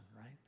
right